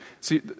See